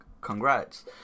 congrats